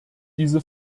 diese